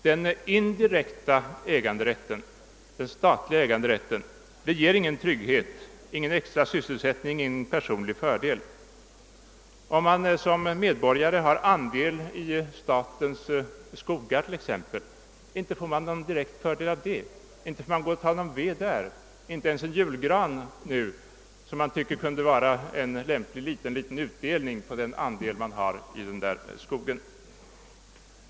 Den indirekta, statliga äganderätten ger ingen trygghet, ingen extra sysselsättning, ingen personlig fördel. Inte får man någon direkt nytta av att som medborgare ha andel i statens skogar. Man får inte ta någon ved där — inte ens en julgran, som man tycker kunde vara en lämplig liten utdelning på den andel man har i skogen.